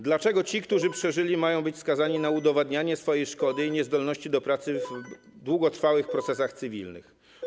Dlaczego ci, którzy przeżyli, mają być skazani na udowadnianie swojej szkody i niezdolności do pracy w długotrwałych procesach cywilnych?